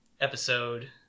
episode